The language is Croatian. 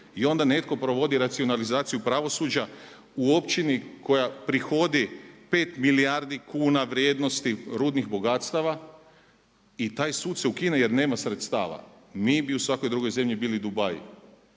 i onda netko provodi racionalizaciju pravosuđa u općini koja prihodi 5 milijardi kuna vrijednosti rudnih bogatstava i taj sud se ukine jer nema sredstava. Mi bi u svakoj drugoj zemlji bili Dubai.